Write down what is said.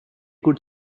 good